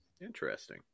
Interesting